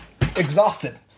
exhausted